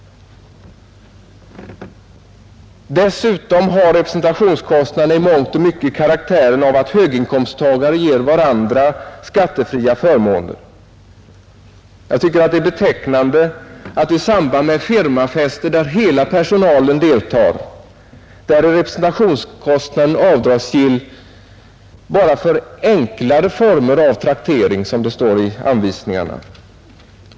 Dessutom har representationskostnaderna i mångt och mycket karaktären av att höginkomsttagare ger varandra skattefria förmåner. Det är betecknande att i samband med firmafester, där hela personalen deltar, representationskostnaden är avdragsgill endast för ”enklare former av traktering”, som det står i anvisningarna.